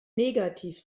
negativ